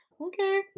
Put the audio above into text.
okay